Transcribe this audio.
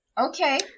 Okay